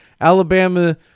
Alabama